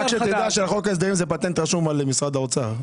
רק שתדע שהחוק הזה, זה פטנט רשום על משרד האוצר.